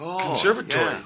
Conservatory